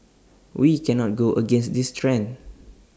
we cannot go against this trend